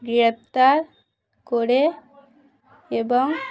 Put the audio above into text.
গ্রেফতার করে এবং